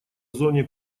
зоне